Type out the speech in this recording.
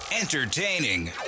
Entertaining